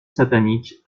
satanique